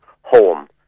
home